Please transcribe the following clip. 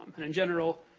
in general,